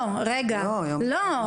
לא, לא.